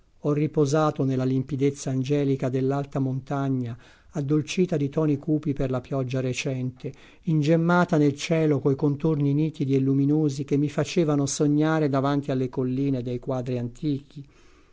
ho riposato nella limpidezza angelica dell'alta montagna addolcita di toni cupi per la pioggia recente ingemmata nel cielo coi contorni nitidi e luminosi che mi facevano sognare davanti alle colline dei quadri antichi